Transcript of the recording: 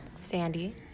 Sandy